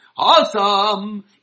Awesome